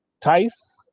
Tice